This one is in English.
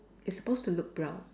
it's supposed to look brown